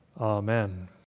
amen